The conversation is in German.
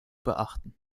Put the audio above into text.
beachten